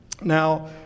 Now